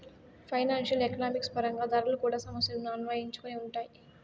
financial economics పరంగా ధరలు కూడా సమస్యలను అన్వయించుకొని ఉంటాయి